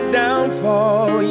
downfall